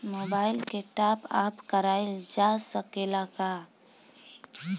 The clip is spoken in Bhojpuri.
मोबाइल के टाप आप कराइल जा सकेला का?